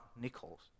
Nichols